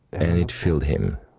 and it filled him.